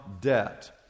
debt